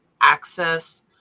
access